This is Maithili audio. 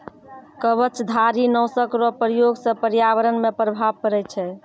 कवचधारी नाशक रो प्रयोग से प्रर्यावरण मे प्रभाव पड़ै छै